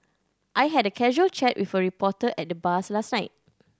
I had a casual chat with a reporter at the bars last night